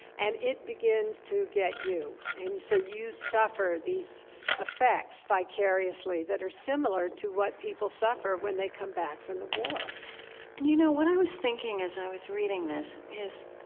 and it begins to get you, and so you suffer these effects vicariously that are similar to what people suffer when they come back from the war and you know what i was thinking as i was reading this is,